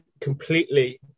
completely